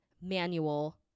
manual